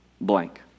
blank